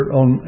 on